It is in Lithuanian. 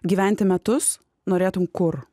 gyventi metus norėtum kur